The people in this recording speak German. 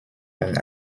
und